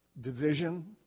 Division